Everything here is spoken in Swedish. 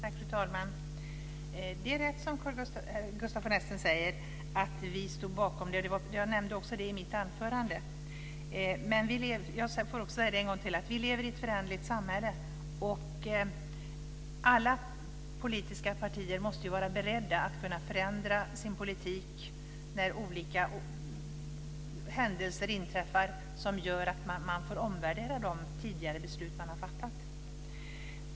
Fru talman! Det är rätt som Gustaf von Essen säger - vi stod bakom detta. Jag nämnde också det i mitt anförande. Men vi lever i ett föränderligt samhälle. Alla politiska partier måste vara beredda att kunna förändra sin politik när olika händelser inträffar som gör att man får omvärdera de tidigare beslut som man har fattat.